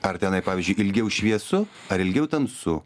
ar tenai pavyzdžiui ilgiau šviesu ar ilgiau tamsu